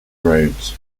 rhodes